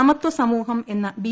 സമത്വ സമൂഹം എന്ന ബി